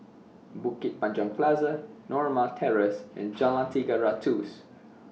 Bukit Panjang Plaza Norma Terrace and Jalan Tiga Ratus